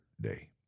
day